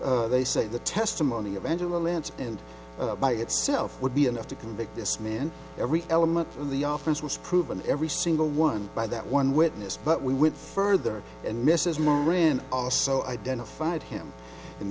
argument they say the testimony of angela lance and by itself would be enough to convict this man every element in the office was proven every single one by that one witness but we went further and mrs morin aso identified him and